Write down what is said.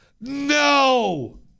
No